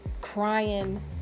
crying